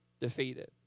defeated